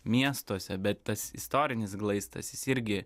miestuose bet tas istorinis glaistas jis irgi